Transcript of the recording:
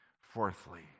Fourthly